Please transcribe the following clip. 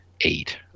Eight